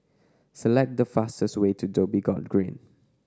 select the fastest way to Dhoby Ghaut Green